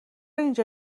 اینجا